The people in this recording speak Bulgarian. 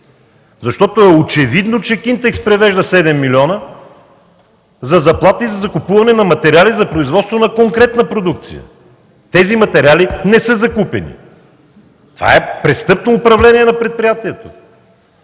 Очевидно е, че „Кинтекс” превежда 7 милиона за заплати и за закупуване на материали за производство на конкретна продукция. Тези материали не са закупени. Това е престъпно управление на предприятието!